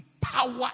power